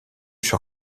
sur